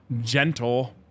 gentle